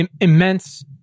Immense